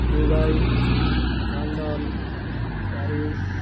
Dubai London Paris